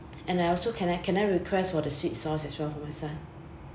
and I also can I can I request for the sweet sauce as well for my son